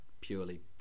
purely